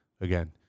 again